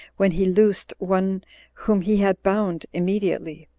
when he loosed one whom he had bound immediately.